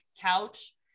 couch